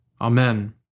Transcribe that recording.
Amen